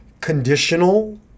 conditional